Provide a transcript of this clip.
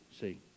see